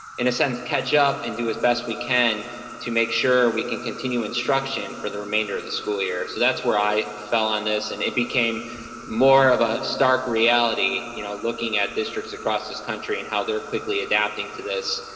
in a sense, catch up and do as best we can to make sure we can continue instruction for the remainder of the school year. so that's where i fell on this, and it became more of a stark reality, you know, looking at districts across this country and how they're quickly adapting to this,